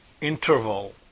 interval